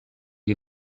les